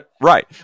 right